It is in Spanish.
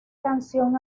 canción